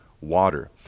water